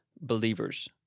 believers